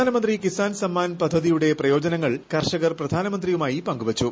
പ്രധാനമന്ത്രി കിസാൻ സമ്മാൻ പദ്ധതിയുടെ പ്രയോജനങ്ങൾ കർഷകർ പധാനമന്ത്രിയുമായി പങ്കുവച്ചു